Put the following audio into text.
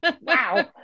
wow